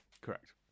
Correct